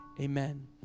amen